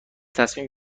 تصمیم